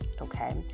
okay